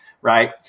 Right